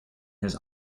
his